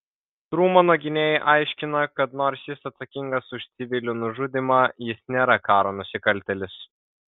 trumano gynėjai aiškina kad nors jis atsakingas už civilių nužudymą jis nėra karo nusikaltėlis